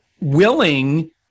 willing